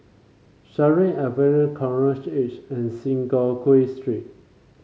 Sheares Avenue Coral Edge and Synagogue Street